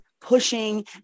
pushing